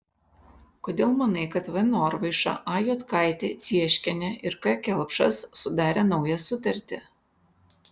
kodėl manai kad v norvaiša a juodkaitė cieškienė ir k kelpšas sudarė naują sutartį